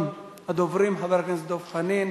ראשון הדוברים, חבר הכנסת דב חנין,